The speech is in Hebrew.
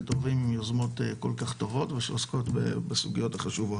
טובים עם יוזמות כל כך טובות ושעוסקות בסוגיות החשובות.